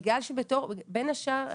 בגלל שבין השאר,